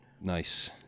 Nice